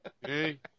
Hey